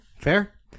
fair